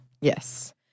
Yes